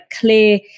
clear